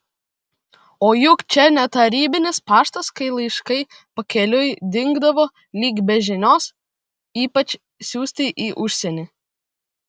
o juk čia ne tarybinis paštas kai laiškai pakeliui dingdavo lyg be žinios ypač siųsti į užsienį